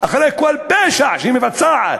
אחרי כל פשע שהיא מבצעת,